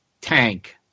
tank